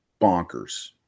bonkers